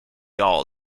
all